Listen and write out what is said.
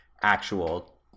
actual